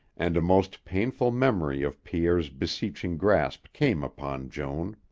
and a most painful memory of pierre's beseeching grasp came upon joan.